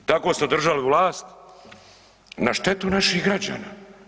Tako ste održali vlast, na štetu naših građana.